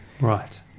Right